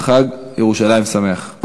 חג ירושלים שמח.